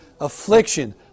affliction